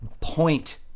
point